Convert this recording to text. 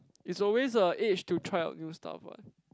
is always a age to try out new stuff what